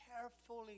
carefully